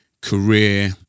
career